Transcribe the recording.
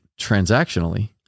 transactionally